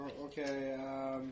Okay